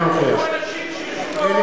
אינו נוכח אלי אפללו,